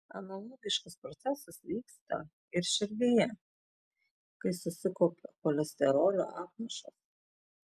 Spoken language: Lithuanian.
analogiškas procesas vyksta ir širdyje kai susikaupia cholesterolio apnašos